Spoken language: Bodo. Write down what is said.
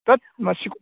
थोद मासे